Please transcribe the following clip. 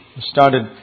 started